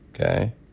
okay